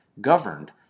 governed